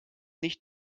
nicht